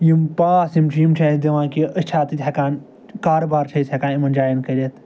یِم پاس یِم چھِ یِم چھِ اَسہِ دِوان کہِ أسۍ چھِ اَتٮ۪تھ ہٮ۪کان کاربارٕ چھِ أسۍ ہٮ۪کان یِمَن جایَن کٔرِتھ